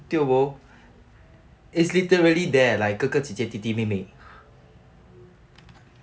tio bo it's literally there like 哥哥姐姐弟弟妹妹